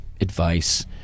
advice